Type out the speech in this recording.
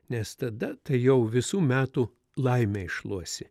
nes tada tai jau visų metų laimę iššluosi